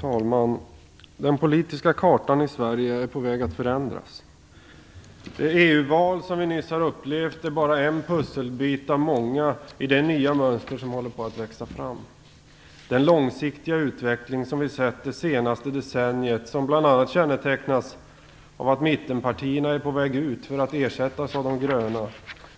Fru talman! Den politiska kartan i Sverige är på väg att förändras. Det EU-val som vi nyss har upplevt är bara en pusselbit av många i det nya mönster som håller på att växa fram. Den långsiktiga utveckling som vi har sett det senaste decenniet och som bl.a. kännetecknas av att mittenpartierna är på väg ut för att ersättas av de gröna